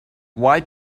why